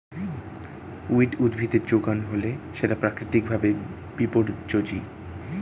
weed উদ্ভিদের যোগান হলে সেটা প্রাকৃতিক ভাবে বিপর্যোজী